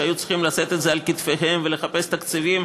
והם היו צריכים לשאת את זה על כתפיהם ולחפש תקציבים